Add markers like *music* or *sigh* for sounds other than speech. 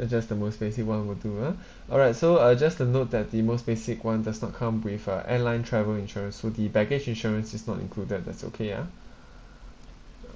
uh just the most basic [one] will do ah *breath* alright so uh just a note that the most basic [one] does not come with uh airline travel insurance so the package insurance is not included that's okay ah